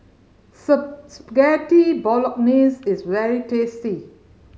Spaghetti Bolognese is very tasty